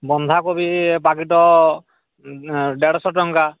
ବନ୍ଧାକୋବି ବାକି ତ ଦେଢ଼ ଶହ ଟଙ୍କା